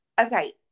Okay